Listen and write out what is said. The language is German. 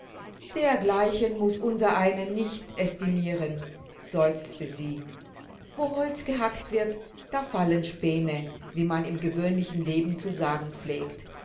dergleichen muß unsereine nicht estimiren seufzte sie wo holz gehackt wird da fallen späne wie man im gewöhnlichen leben zu sagen pflegt